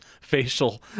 facial